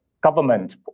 government